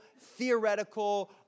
theoretical